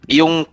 yung